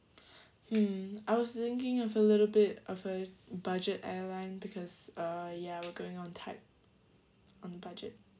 hmm I was thinking of a little bit of a budget airline because uh ya we're going on tight on budget